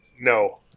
No